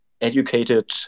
educated